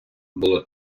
було